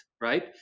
right